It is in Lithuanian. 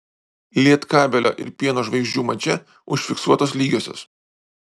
lietkabelio ir pieno žvaigždžių mače užfiksuotos lygiosios